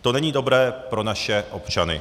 To není dobré pro naše občany.